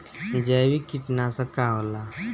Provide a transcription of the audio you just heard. जैविक कीटनाशक का होला?